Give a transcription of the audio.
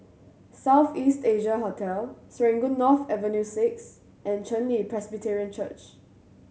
South East Asia Hotel Serangoon North Avenue Six and Chen Li Presbyterian Church